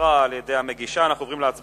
הוסרה על-ידי המגישה, אנחנו עוברים להצבעה